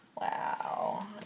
Wow